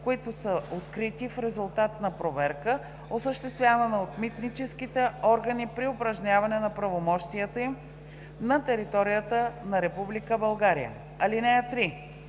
които са открити в резултат на проверка, осъществявана от митническите органи при упражняване на правомощията им, на територията на Република